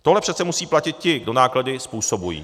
Tohle přece musejí platit ti, kdo náklady způsobují.